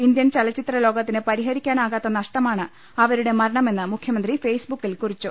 Indian ചലച്ചി ത്രലോകത്തിന് പരിഹരിക്കാനാകാത്ത നഷ്ടമാണ് അവ രുടെ മരണമെന്ന് മുഖ്യമന്ത്രി ഫേസ്ബുക്കിൽ കുറിച്ചു